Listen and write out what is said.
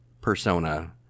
persona